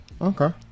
Okay